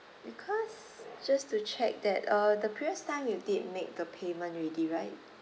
because just to check that uh the previous time you did make the payment already right